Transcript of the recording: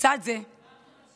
לצד זה, דיברתם על,